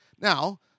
Now